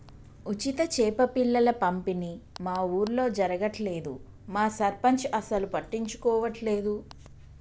ఉచిత చేప పిల్లల పంపిణీ మా ఊర్లో జరగట్లేదు మా సర్పంచ్ అసలు పట్టించుకోవట్లేదు